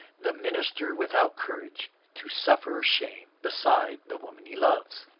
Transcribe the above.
the minister without courage to suffer shame beside the woman he loves,